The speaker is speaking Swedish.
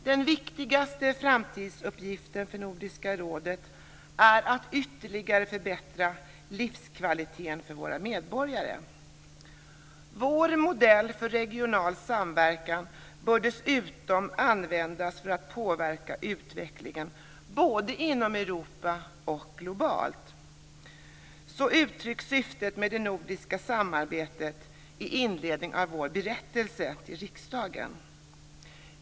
Den viktigaste framtidsuppgiften för Nordiska rådet är att ytterligare förbättra livskvaliteten för medborgarna. Vår modell för regional samverkan bör dessutom användas för att påverka utvecklingen både inom Europa och globalt." Så uttrycks syftet med det nordiska samarbetet i inledningen till vår berättelse till riksdagen.